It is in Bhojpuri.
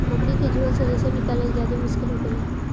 मकड़ी के झोल से रेशम निकालल ज्यादे मुश्किल होखेला